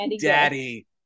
Daddy